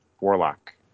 Warlock